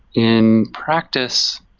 in practice,